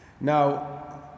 Now